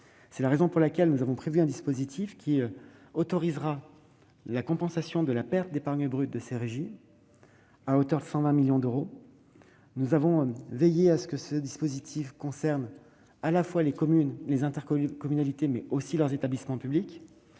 C'est la raison pour laquelle nous avons prévu un dispositif qui autorisera la compensation de la perte d'épargne brute de ces régies à hauteur de 120 millions d'euros. Nous avons veillé à faire en sorte qu'il concerne à la fois les communes, les intercommunalités, mais aussi leurs établissements publics.